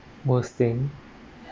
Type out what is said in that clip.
worst thing